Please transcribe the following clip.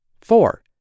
Four